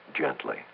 gently